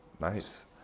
Nice